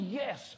yes